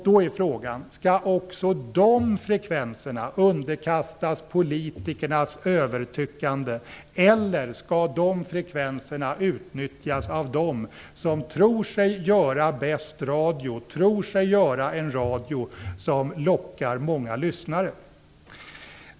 Då är frågan: Skall också de frekvenserna underkastas politikernas övertyckande eller skall de utnyttjas av dem som tror sig göra bäst radio, en radio som lockar många lyssnare?